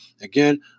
Again